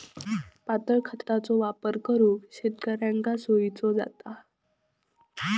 पातळ खतांचो वापर करुक शेतकऱ्यांका सोयीचा जाता